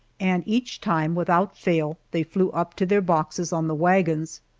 and each time, without fail, they flew up to their boxes on the wagons.